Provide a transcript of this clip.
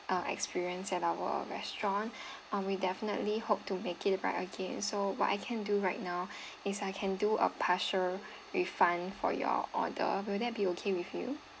uh experience at our restaurant uh we definitely hope to make it right again so what I can do right now is I can do a partial refund for your order will that be okay with you